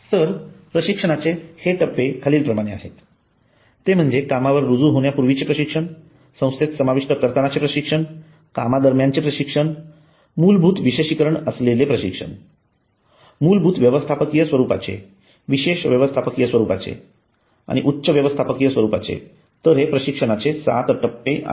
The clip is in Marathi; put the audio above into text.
तर प्रशिक्षणाचे टप्पे हे खालील प्रमाणे आहेत ते म्हणजे कामावर रुजू होण्यापूर्वी संस्थेत समाविष्ट करताना कामादरम्यान चे प्रशिक्षण मूलभूत विशेषीकरण असलेले मूलभूत व्यवस्थापकीय स्वरूपाचे विशेष व्यवस्थापकीय स्वरूपाचे आणि उच्च व्यवस्थापकीय स्वरूपाचे तर हे प्रशिक्षणाचे सात टप्पे आहेत